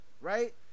right